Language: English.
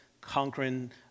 conquering